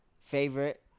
Favorite